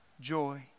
joy